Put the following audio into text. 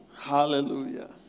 Hallelujah